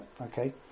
okay